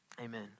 Amen